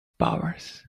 powers